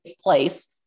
place